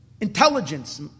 Intelligence